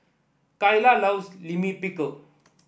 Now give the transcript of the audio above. Cayla loves Lime Pickle